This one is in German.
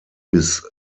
bis